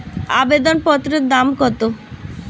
আবেদন পত্রের দাম কত?